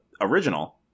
original